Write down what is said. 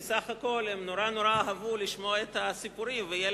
כי סך הכול הם נורא אהבו לשמוע את הסיפורים ויהיה